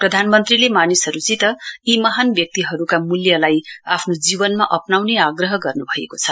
प्रधानमन्त्रीले मानिसहरूसित यी महान व्यक्तिहरूका मूल्यलाई आफ्नो जीवनमा अप्राउने आग्रह गर्नुभएको छ